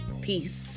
Peace